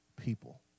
people